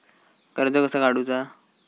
कर्ज कसा काडूचा?